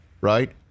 right